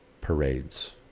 parades